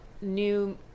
new